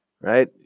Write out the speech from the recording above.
right